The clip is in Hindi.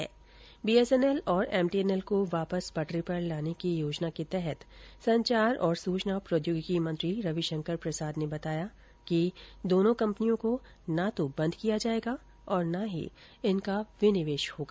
बीएसएनएल और एमटीएनएल को वापस पटरी पर लाने की योजना के तहत संचार और सूचना प्रौद्योगिकी मंत्री रविशंकर प्रसाद ने बताया कि दोनों कंपनियों को न तो बंद किया जाएगा और न ही इनका विनिवेश होगा